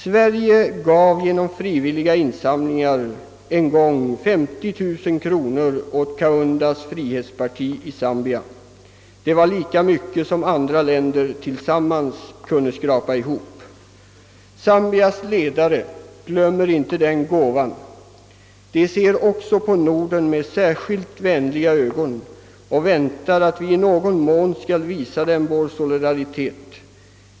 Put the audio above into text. Sverige gav genom frivilliga insamlingar en gång 50 000 kronor åt Kaundas frihetsparti i Zambia. Det var lika mycket som andra länder tillsammans kunde skrapa ihop. Zambias ledare glömmer inte den gåvan. De ser också på Norden med särskilt vänliga blickar och väntar att vi i någon mån skall visa vår solidaritet.